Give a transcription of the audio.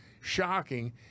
shocking